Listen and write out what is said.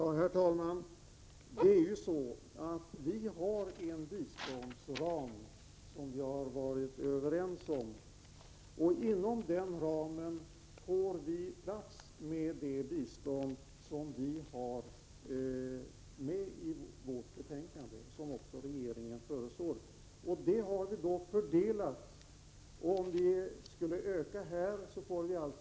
Herr talman! Vi har en ram för vårt bistånd som vi varit överens om. Inom den ramen ryms det bistånd till UNICEF som regeringen föreslår och som utskottsmajoriteten ställer sig bakom.